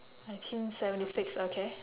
nineteen seventy six okay